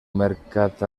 mercat